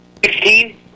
16